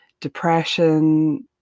depression